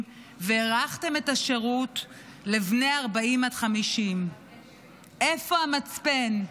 והארכתם את השירות לבני 40 עד 50. איפה המצפן?